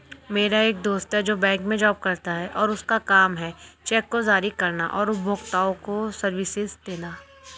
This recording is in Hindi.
मेरा एक दोस्त है जो बैंक में जॉब करता है और उसका काम है चेक को जारी करना और उपभोक्ताओं को सर्विसेज देना